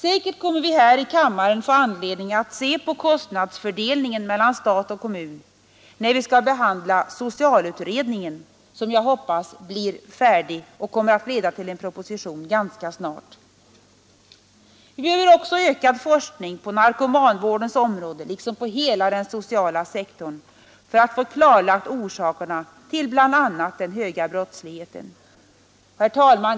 Säkert kommer vi att här i kammaren få anledning att se på kostnadsfördelningen mellan stat och kommun när vi skall behandla socialutredningen, som jag hoppas blir färdig och kommer att leda till en proposition ganska snart. Vi behöver också ökad forskning på narkomanvårdens område liksom på hela den sociala sektorn för att få klarlagt orsakerna till bl.a. den höga brottsligheten. Herr talman!